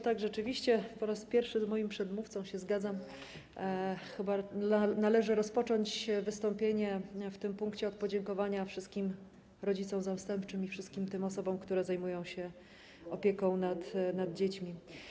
Tak, rzeczywiście, po raz pierwszy zgadzam się z moim przedmówcą, chyba należy rozpocząć wystąpienie w tym punkcie od podziękowania wszystkim rodzicom zastępczym i wszystkim tym osobom, które zajmują się opieką nad dziećmi.